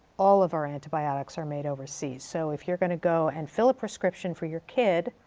all of our antibiotics are made overseas. so if you're going to go and fill a prescription for your kid,